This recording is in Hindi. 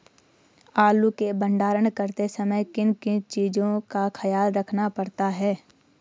आलू के भंडारण करते समय किन किन चीज़ों का ख्याल रखना पड़ता है?